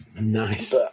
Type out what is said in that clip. Nice